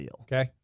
Okay